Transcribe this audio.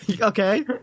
Okay